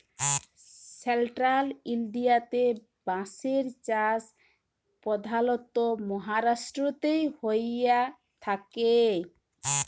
central ইলডিয়াতে বাঁশের চাষ পধালত মাহারাষ্ট্রতেই হঁয়ে থ্যাকে